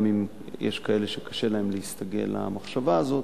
גם אם יש כאלה שקשה להם להסתגל למחשבה הזאת,